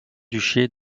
duché